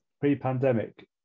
pre-pandemic